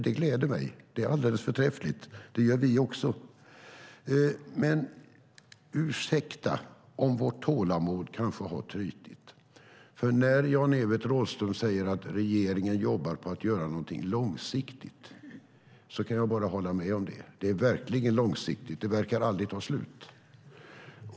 Det gläder mig, det är alldeles förträffligt, för det tycker vi också. Men ursäkta om vårt tålamod kanske har trutit. När Jan-Evert Rådhström säger att regeringen jobbar på att göra någonting långsiktigt kan jag bara hålla med, för det är verkligen långsiktigt, det verkar aldrig ta slut.